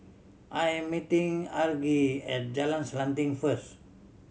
I am meeting Argie at Jalan Selanting first